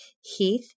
Heath